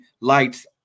lights